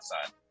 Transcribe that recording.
outside